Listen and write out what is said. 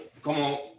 como